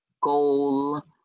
goal